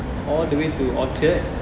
all the way to orchard